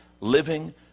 living